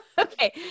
Okay